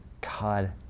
God